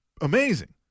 Amazing